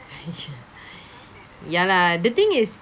!haiya! ya lah the thing is